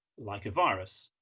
like a virus,